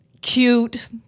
Cute